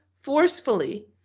forcefully